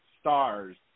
stars